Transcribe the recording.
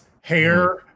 hair